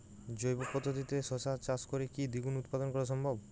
জৈব পদ্ধতিতে শশা চাষ করে কি দ্বিগুণ উৎপাদন করা সম্ভব?